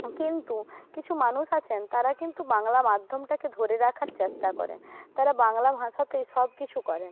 কিন্তু কিছু মানুষ আছেন তারা কিন্তু বাংলা মাধ্যমটাকে ধরে রাখার চেষ্টা করেন তারা বাংলা ভাষাতেই সব কিছু করেন